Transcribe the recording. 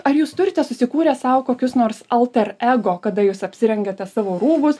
ar jūs turite susikūrę sau kokius nors alter ego kada jūs apsirengiate savo rūbus